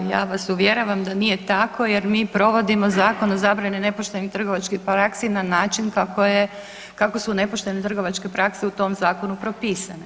Pa ja vas uvjeravam nije tako jer mi provodimo zakon o zabrani nepoštenim trgovačkim praksi na način kako su nepoštene trgovačke prakse u tom zakonu propisane.